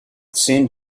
send